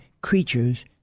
creatures